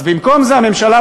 אז במקום זה הממשלה,